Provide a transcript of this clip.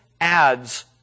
ads